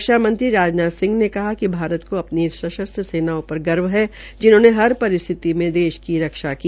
रक्षामंत्री राजनाथ सिह ने कहा कि भारत को अपनी सशस्त्र सेनाओं पर गर्व है जिन्होंने हर परिस्थिति में देश की रक्षा की